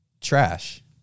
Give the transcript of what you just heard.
trash